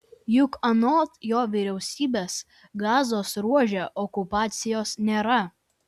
juk anot jo vyriausybės gazos ruože okupacijos nėra